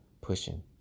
pushing